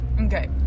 okay